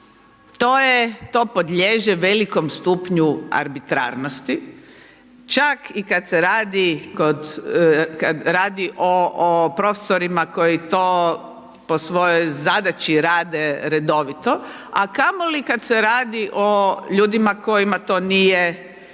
to podliježe velikom stupnju arbitrarnosti, čak i kad se radi kod, kad radi o profesorima koji to po svojoj zadaći rade redovito, a kamoli kad se radi o ljudima kojima to nije